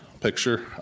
picture